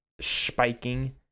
Spiking